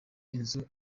inzu